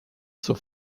zur